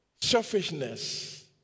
Selfishness